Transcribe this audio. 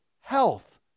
health